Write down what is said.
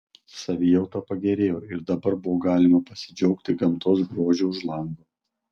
savijauta pagerėjo ir dabar buvo galima pasidžiaugti gamtos grožiu už lango